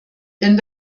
denn